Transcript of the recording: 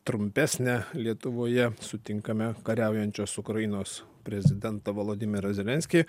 trumpesnė lietuvoje sutinkame kariaujančios ukrainos prezidentą volodimirą zelenskį